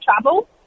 travel